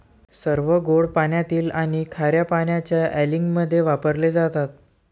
सर्व गोड पाण्यातील आणि खार्या पाण्याच्या अँलिंगमध्ये वापरले जातात